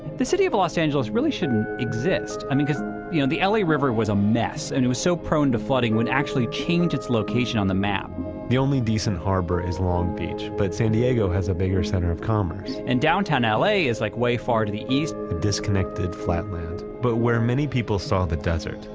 the city of los angeles really shouldn't exist and because you know the l a. river was a mess and it was so prone to flooding it would actually change its location on the map the only decent harbor is long beach but san diego has a bigger center of commerce and downtown l a. is like, way far to the east disconnected flatland but where many people saw the desert,